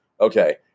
Okay